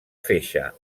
feixa